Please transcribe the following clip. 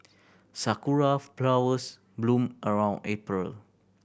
sakura flowers bloom around April